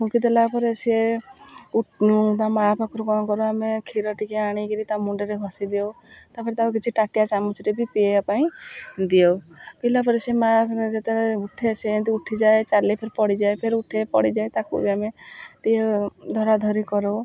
ଫୁଙ୍କି ଦେଲା ପରେ ସେ ତା ମାଆ ପାଖରୁ କ'ଣ କରୁ ଆମେ କ୍ଷୀର ଟିକେ ଆଣିକିରି ତା ମୁଣ୍ଡରେ ଘଷି ଦେଉଁ ତା'ପରେ ତାକୁ କିଛି ତାଟିଆ ଚାମୁଚରେ ବି ପିଇବା ପାଇଁ ଦେଉ ପିିଲା ପରେ ସେ ମାଆ ସିନା ଯେତେବେଳେ ଉଠେ ସେନ୍ତି ଉଠିଯାଏ ଚାଲି ଫେର୍ ପଡ଼ିଯାଏ ଫେର୍ ଉଠେ ପଡ଼ିଯାଏ ତାକୁ ବି ଆମେ ଟିକେ ଧରାଧରି କରୁ